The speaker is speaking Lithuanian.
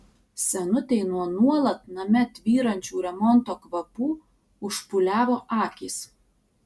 senutei nuo nuolat name tvyrančių remonto kvapų užpūliavo akys